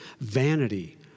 vanity